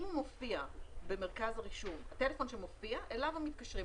אם הטלפון מופיע במרכז הרישום אליו הם מתקשרים,